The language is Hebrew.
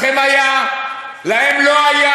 לכם היה, להם לא היה.